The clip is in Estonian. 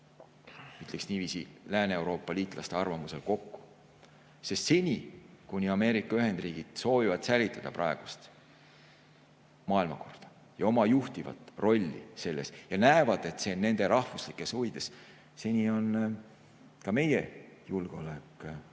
ütleks niiviisi, kui Lääne-Euroopa‑liitlaste arvamustel kokku. Sest seni, kuni Ameerika Ühendriigid soovivad säilitada praegust maailmakorda ja oma juhtivat rolli selles ning näevad, et see on nende rahvuslikes huvides, on ka meie julgeolek